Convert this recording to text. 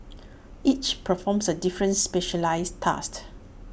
each performs A different specialised task